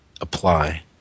apply